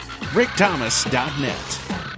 rickthomas.net